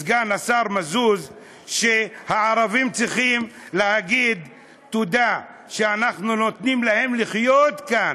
סגן השר מזוז שהערבים צריכים להגיד תודה שאנחנו נותנים להם לחיות כאן,